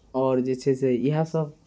आओर जे छै से इएहसभ